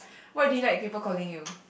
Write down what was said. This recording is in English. what do you like people calling you